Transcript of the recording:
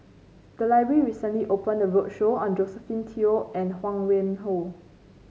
the library recently opended a roadshow on Josephine Teo and Huang Wenhong